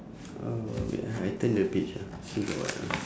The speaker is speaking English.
uh wait ah I turn the page ah still got what ah